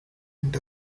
end